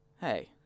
Hey